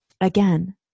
again